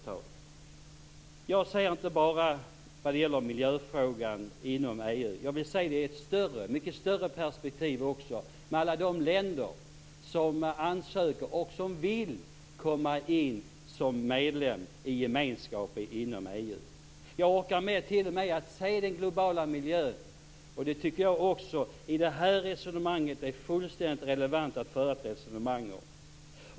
Vad det gäller miljöfrågan ser jag inte bara till EU. Jag vill se det i ett mycket större perspektiv, med alla de länder som ansöker om medlemskap och som vill komma in som medlemmar i gemenskapen inom EU. Jag orkar t.o.m. se den globala miljön. Jag tycker att det är fullständigt relevant att föra ett resonemang om den i detta sammanhang.